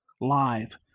live